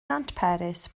nantperis